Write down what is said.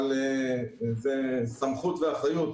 אבל זה סמכות ואחריות.